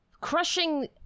Crushing